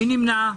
מי נמנע?